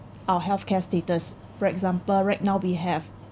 our healthcare status for example right now we have